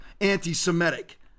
anti-semitic